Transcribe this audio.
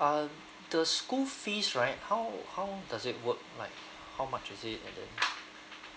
uh the school fees right how how does it work like how much is it like that